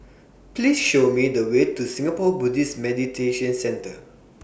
Please Show Me The Way to Singapore Buddhist Meditation Centre